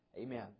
Amen